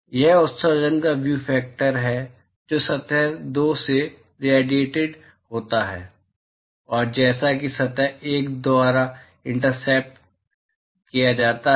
तो यह उत्सर्जन का व्यू फैक्टर है जो सतह दो से रेडिएटिड होता है और जैसा कि सतह एक द्वारा इंटरसेप्ट किया जाता है